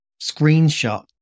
screenshot